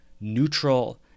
neutral